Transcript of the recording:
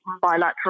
bilateral